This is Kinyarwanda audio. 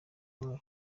bayo